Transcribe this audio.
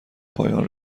پایان